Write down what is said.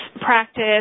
practice